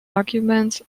arguments